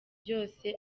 byose